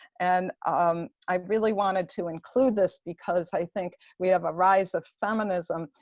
and um i really wanted to include this because i think we have a rise of feminism.